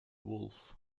wolf